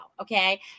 okay